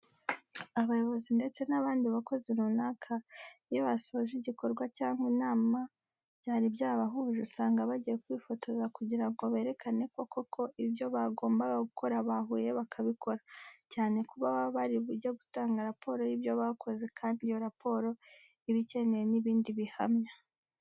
Abayobozi ndetse n'abandi bakozi runaka iyo basoje igikorwa cyangwa inama byari byabahuje usanga bagiye kwifotoza kugira ngo berekane ko koko ibyo bagombaga gukora bahuye bakabikora, cyane ko baba bari bujye gutanga raporo y'ibyo bakoze kandi iyo raporo iba ikeneye n'ibindi bihamya.